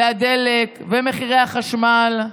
והדלק ומחירי החשמל.